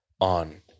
on